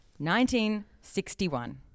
1961